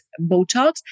Botox